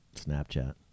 Snapchat